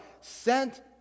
sent